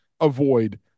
avoid